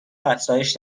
افزایش